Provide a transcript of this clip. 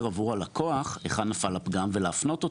עבור הלקוח היכן נפל הפגם ולהפנות אותו.